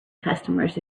customers